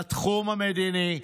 לתחום המדיני,